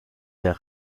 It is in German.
der